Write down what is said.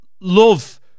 love